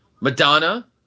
Madonna